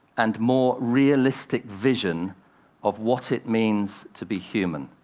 and more realistic vision of what it means to be human.